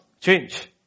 change